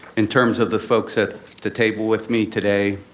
in terms of the folks at the table with me today,